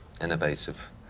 innovative